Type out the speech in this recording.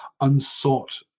unsought